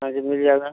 हाँ जी मिल जाएगा